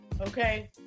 Okay